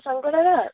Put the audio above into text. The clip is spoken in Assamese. শংকৰ দাদা